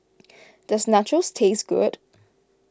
does Nachos taste good